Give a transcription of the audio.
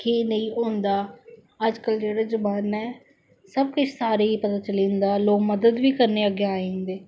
के नेई होंदा अजकल जेहडे जमाना ऐ सब किश साफ सारे गी पता चली जंदा लोक मदद बी करने गी अग्गै आई जंदे